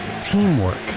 teamwork